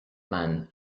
man